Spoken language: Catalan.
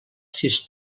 sis